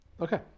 Okay